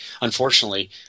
Unfortunately